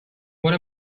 what